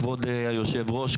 כבוד יושב הראש,